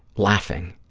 laughing.